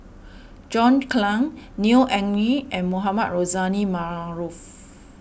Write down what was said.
John Clang Neo Anngee and Mohamed Rozani Maarof